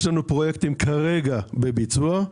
ויש לנו פרויקטים כרגע בביצוע.